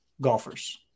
golfers